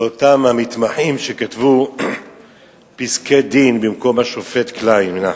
על אותם המתמחים שכתבו פסקי-דין במקום השופט קליין מנחם.